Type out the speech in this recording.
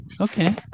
Okay